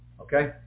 okay